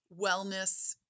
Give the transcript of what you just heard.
wellness